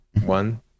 One